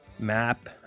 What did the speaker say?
map